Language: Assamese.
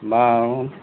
বাৰু